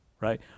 right